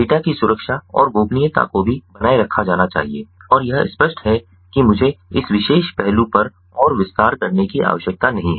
data की सुरक्षा और गोपनीयता को भी बनाए रखा जाना चाहिए और यह स्पष्ट है कि मुझे इस विशेष पहलू पर और विस्तार करने की आवश्यकता नहीं है